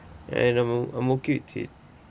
and I'm I'm okay with it